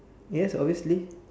yes obviously